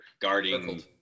guarding